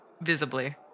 visibly